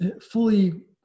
fully